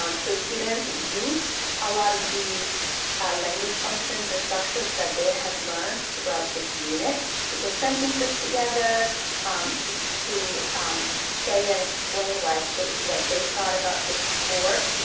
um so students used a lot of the language functions and structures that they have learned about this unit to put sentences together to to say and explain what they what they thought about this sport